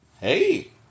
Hey